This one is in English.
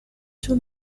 too